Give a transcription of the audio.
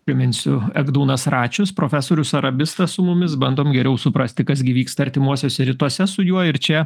priminsiu egdūnas račius profesorius arabistas su mumis bandom geriau suprasti kas gi vyksta artimuosiuose rytuose su juo ir čia